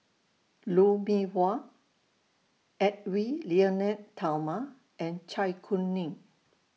Lou Mee Wah Edwy Lyonet Talma and Zai Kuning